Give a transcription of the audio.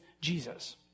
Jesus